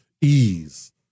ease